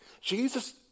Jesus